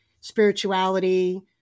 spirituality